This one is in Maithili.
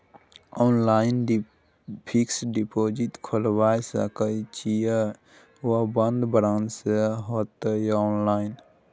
ऑनलाइन फिक्स्ड डिपॉजिट खुईल सके इ आ ओ बन्द ब्रांच स होतै या ऑनलाइन?